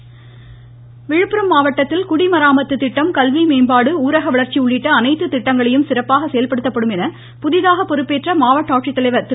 விழுப்புரம் குடிமராமத்து விழுப்புரம் மாவட்டத்தில் குடிமராமத்து திட்டம் கல்வி மேம்பாடு ஊரக வளர்ச்சி உள்ளிட்ட அனைத்து திட்டங்களையும் சிறப்பாக செயல்படுத்தப்படும் என்று புதிதாக பொறுப்பேற்ற மாவட்ட ஆட்சித்தலைவர் திரு